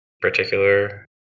particular